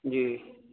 جی